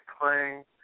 playing